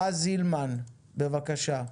רז הילמן, בבקשה.